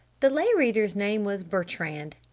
the lay reader's name was bertrand.